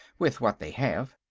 with what they have.